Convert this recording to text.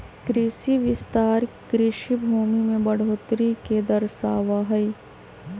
कृषि विस्तार कृषि भूमि में बढ़ोतरी के दर्शावा हई